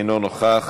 אינו נוכח,